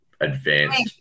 advanced